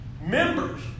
Members